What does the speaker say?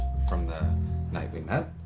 from the night we met.